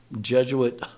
Jesuit